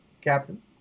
Captain